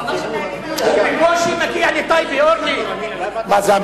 אולי תוספת סיכון.